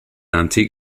antique